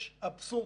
יש אבסורד,